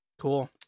cool